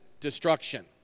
destruction